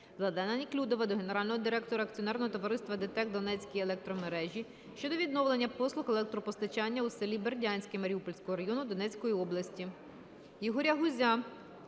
Владлена Неклюдова до Генерального директора Акціонерного товариства "ДТЕК Донецькі електромережі" щодо відновлення послуг електропостачання у селі Бердянське Маріупольського району Донецької області.